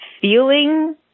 feeling